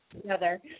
together